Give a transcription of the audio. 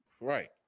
Right